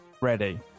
ready